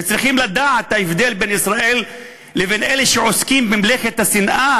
וצריכים לדעת את ההבדל בין ישראל לבין אלה שעוסקים במלאכת השנאה,